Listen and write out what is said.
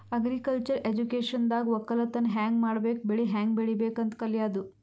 agriculture ಎಜುಕೇಶನ್ದಾಗ್ ವಕ್ಕಲತನ್ ಹ್ಯಾಂಗ್ ಮಾಡ್ಬೇಕ್ ಬೆಳಿ ಹ್ಯಾಂಗ್ ಬೆಳಿಬೇಕ್ ಅಂತ್ ಕಲ್ಯಾದು